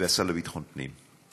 והשר לביטחון פנים.